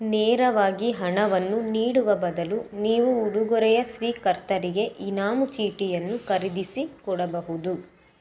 ನೇರವಾಗಿ ಹಣವನ್ನು ನೀಡುವ ಬದಲು ನೀವು ಉಡುಗೊರೆಯ ಸ್ವೀಕರ್ತರಿಗೆ ಇನಾಮು ಚೀಟಿಯನ್ನು ಖರೀದಿಸಿ ಕೊಡಬಹುದು